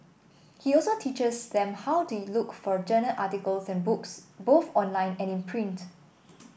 he also teaches them how to look for journal articles and books both online and in print